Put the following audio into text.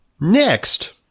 next